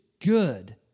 good